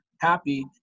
happy